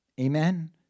Amen